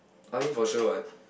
I mean for sure what